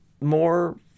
more